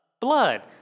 blood